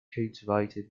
cultivated